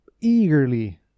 eagerly